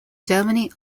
germany